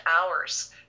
hours